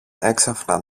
έξαφνα